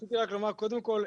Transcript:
רציתי רק לומר קודם כל,